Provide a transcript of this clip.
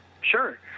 Sure